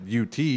UT